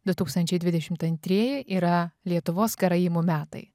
du tūkstančiai dvidešimt antrieji yra lietuvos karaimų metai